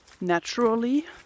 naturally